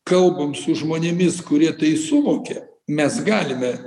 kalbam su žmonėmis kurie tai suvokia mes galime